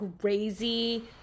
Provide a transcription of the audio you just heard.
crazy